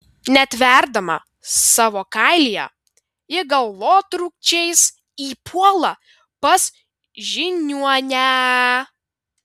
netverdama savo kailyje ji galvotrūkčiais įpuola pas žiniuonę